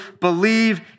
believe